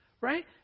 right